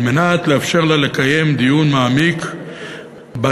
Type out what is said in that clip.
על מנת לאפשר לה לקיים דיון מעמיק בהם